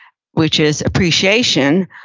which is appreciation,